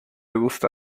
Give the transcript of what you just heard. gusta